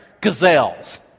gazelles